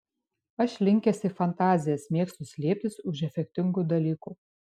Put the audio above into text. aš linkęs į fantazijas mėgstu slėptis už efektingų dalykų